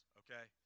okay